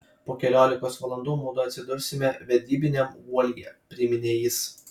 po keliolikos valandų mudu atsidursime vedybiniam guolyje priminė jis